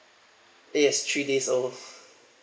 yes three days old